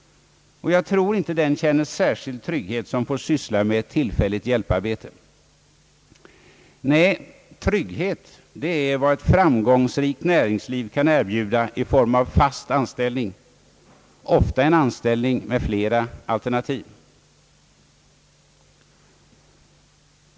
Och jag tror inte den känner särskilt mycket trygghet som får syssla med tillfälligt hjälparbete. Nej, trygghet det är vad ett framgångsrikt näringsliv kan erbjuda i form av fast anställning — ofta en anställning med flera alternativ.